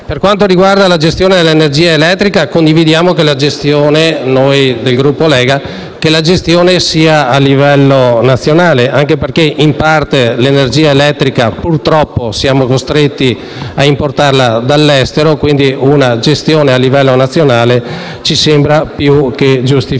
Per quanto riguarda la gestione dell'energia elettrica, noi del Gruppo della Lega riteniamo debba essere a livello nazionale, anche perché in parte l'energia elettrica, purtroppo, siamo costretti a importarla dall'estero, quindi una gestione a livello nazionale ci sembra più che giustificata.